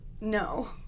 No